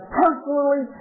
personally